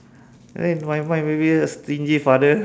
I mean in my mind maybe a stingy father